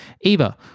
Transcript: Eva